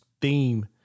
theme